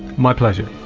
my pleasure.